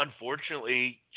unfortunately